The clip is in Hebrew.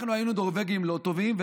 אנחנו היינו נורבגים לא טובים.